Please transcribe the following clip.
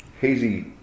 hazy